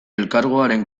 elkargoaren